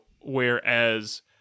whereas